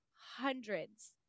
hundreds